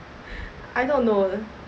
I don't know